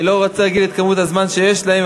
אני לא רוצה להגיד כמה יש להם,